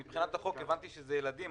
מבחינת החוק הבנתי שזה ילדים.